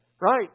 right